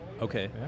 okay